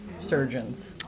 surgeons